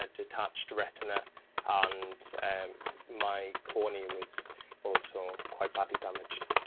and detached retina ah and and my cornea was also quite badly damaged.